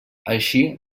així